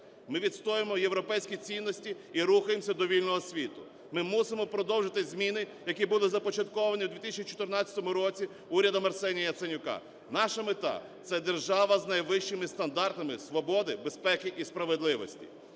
Ми відстоюємо європейські цінності і рухаємося до вільного світу, ми мусимо продовжити зміни, які були започатковані у 2014 році урядом Арсенія Яценюка. Наша мета – це держава з найвищими стандартами свободи, безпеки і справедливості.